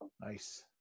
Nice